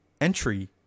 entry